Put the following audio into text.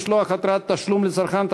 משלוח התראת תשלום לצרכן),